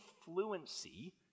fluency